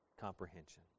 Comprehension